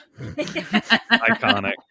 Iconic